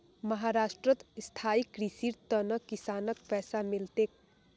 महाराष्ट्रत स्थायी कृषिर त न किसानक पैसा मिल तेक